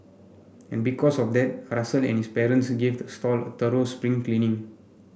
and because of that Russell and his parents gave the stall a thorough spring cleaning